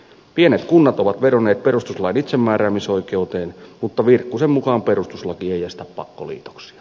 pienet kunnat ovat vedonneet perustuslain itsemääräämisoikeuteen mutta virkkusen mukaan perustuslaki ei estä pakkoliitoksia